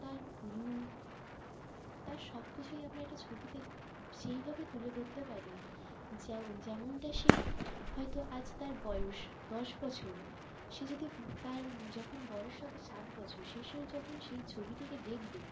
তার রূপ তার সব কিছুই আমরা একটা ছবিতে সেইভাবে তুলে ধরতে পারি যেমনটা সে হয়তো আজ তার বয়স দশ বছর সে যদি তার যখন বয়স হবে ষাট বছর সেই সময় যখন সে এই ছবিটিকে দেখবে